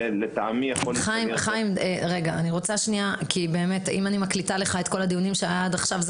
אם אני מקליטה לך את כל הדיונים שהיו לנו עד עכשיו,